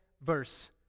verse